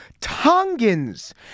Tongans